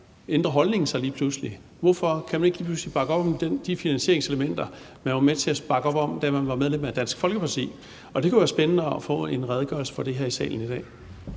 ændrer holdningen sig lige pludselig? Hvorfor kan man lige pludselig ikke bakke op om de finansieringselementer, man var med til at bakke op om, da man var medlem af Dansk Folkeparti? Det kunne være spændende at få en redegørelse for det her i salen i dag.